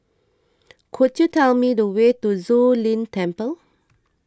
could you tell me the way to Zu Lin Temple